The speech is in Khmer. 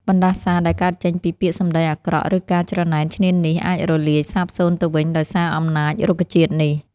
បណ្តាសាដែលកើតចេញពីពាក្យសម្តីអាក្រក់ឬការច្រណែនឈ្នានីសអាចរលាយសាបសូន្យទៅវិញដោយសារអំណាចរុក្ខជាតិនេះ។